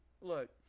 look